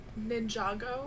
Ninjago